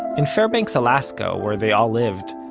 in fairbanks, alaska, where they all lived,